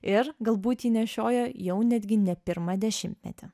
ir galbūt jį nešioja jau netgi ne pirmą dešimtmetį